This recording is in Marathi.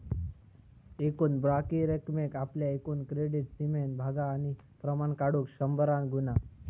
एकूण बाकी रकमेक आपल्या एकूण क्रेडीट सीमेन भागा आणि प्रमाण काढुक शंभरान गुणा